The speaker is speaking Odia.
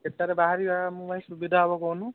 କେତେଟାରେ ବାହାରିବା ଆମ ପାଇଁ ସୁବିଧା ହବ କହୁନୁ